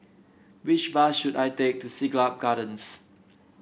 which bus should I take to Siglap Gardens